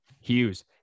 Hughes